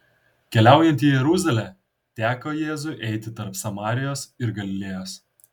keliaujant į jeruzalę teko jėzui eiti tarp samarijos ir galilėjos